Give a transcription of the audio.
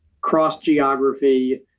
cross-geography